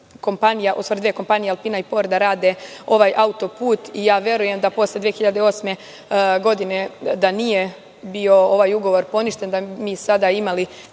kompanija, u stvari dve kompanije da rade ovaj autoput. Verujem da posle 2008. godine da nije bio ovaj ugovor poništen, da bi mi sada imali